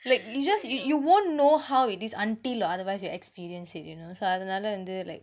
like you just you you won't know how it is until or otherwise you experience it you know so அதுனால வந்து:athunaala vanthu like